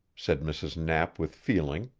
said mrs. knapp with feeling.